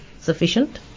sufficient